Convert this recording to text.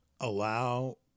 allow